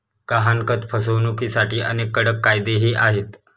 गहाणखत फसवणुकीसाठी अनेक कडक कायदेही आहेत